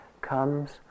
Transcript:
comes